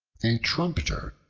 a trumpeter,